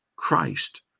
Christ